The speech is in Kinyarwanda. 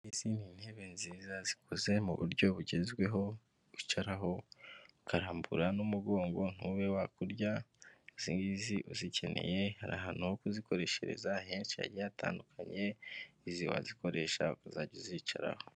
Izi ni intebe nziza zikoze mu buryo bugezweho, wicaraho ukarambura n'umugongo ntube wa kurya, izingizi uzikeneye hari ahantu ho kuzikoreshereza henshi hagiye hatandukanye, izi wazikoresha ukazajya zicaraho.